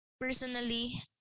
Personally